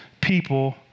people